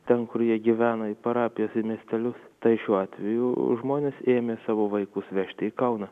ten kur jie gyvena į parapijas ir miestelius tai šiuo atveju žmonės ėmė savo vaikus vežti į kauną